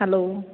hello